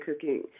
cooking